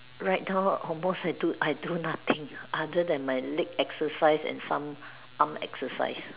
write down almost I do I do nothing other than my leg exercise and some arm exercise